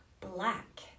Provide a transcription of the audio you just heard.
black